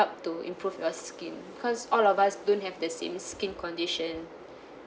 to improve your skin cause all of us don't have the same skin condition